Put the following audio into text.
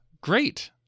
Great